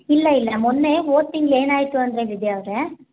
ಇಲ್ಲ ಇಲ್ಲ ಮೊನ್ನೆ ಹೋದ ತಿಂಗ್ಳು ಏನಾಯಿತು ಅಂದರೆ ವಿದ್ಯಾ ಅವರೇ